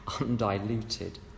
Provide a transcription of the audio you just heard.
undiluted